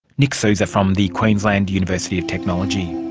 nick suzor from the queensland university of technology